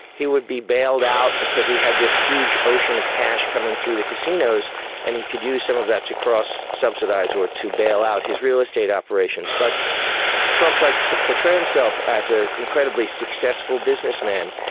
he would be bailed out because he had this huge ocean of cash coming through the casinos and he could use some of that to cross-subsidise or to bail out his real estate operations. but trump likes to portray himself as an ah incredibly successful businessman.